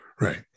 right